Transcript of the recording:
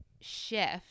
shift